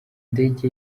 ndege